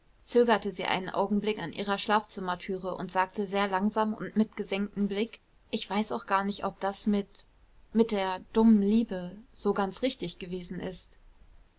zögerte sie einen augenblick an ihrer schlafzimmertüre und sagte sehr langsam und mit gesenktem blick ich weiß auch gar nicht ob das mit mit der dummen liebe so ganz richtig gewesen ist